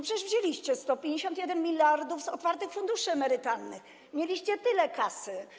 Przecież wzięliście 150 mld z otwartych funduszy emerytalnych, mieliście tyle kasy.